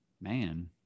man